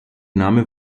name